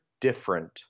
different